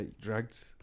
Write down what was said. dragged